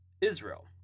Israel